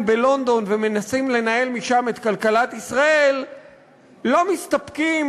בלונדון ומנסים לנהל משם את כלכלת ישראל לא מסתפקים